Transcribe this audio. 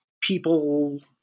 people